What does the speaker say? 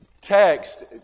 text